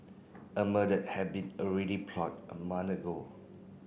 a murder had be already plotted a month ago